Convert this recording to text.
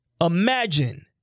imagine